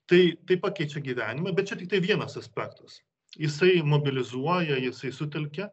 tai tai pakeičia gyvenimą bet čia tiktai vienas aspektas jisai mobilizuoja jisai sutelkia